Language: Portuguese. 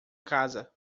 casa